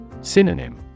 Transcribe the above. Synonym